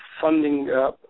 funding